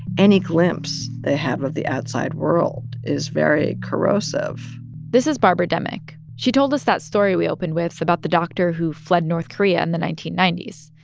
any glimpse they have of the outside world is very corrosive this is barbara demick. she told us that story we opened with about the doctor who fled north korea in and the nineteen ninety s.